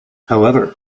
however